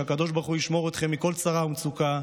שהקדוש ברוך הוא ישמור אתכם מכל צרה ומצוקה,